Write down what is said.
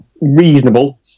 reasonable